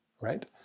right